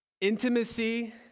intimacy